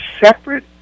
separate